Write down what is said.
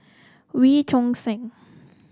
Wee Choon Seng